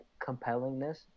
compellingness